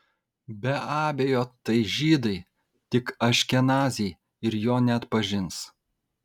be abejo tai žydai tik aškenaziai ir jo neatpažins